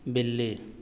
बिल्ली